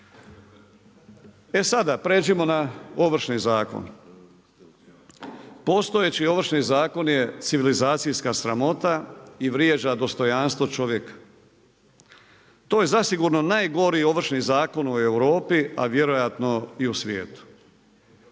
E sada pređimo na Ovršni zakon. Postojeći Ovršni zakon je civilizacijska sramota i vrijeđa dostojanstvo čovjeka. To je zasigurno najgori Ovršni zakon u Europi, a vjerojatno i u svijetu.